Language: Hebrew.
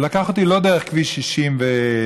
הוא לקח אותי לא דרך כביש 60 ואריאל,